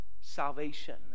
salvation